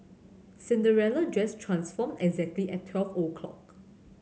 Cinderella dress transformed exactly at twelve o'clock